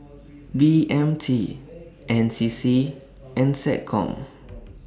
B M T N C C and Seccom